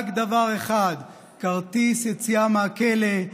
רק דבר אחד: כרטיס יציאה מהכלא.